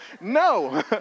No